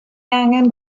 angen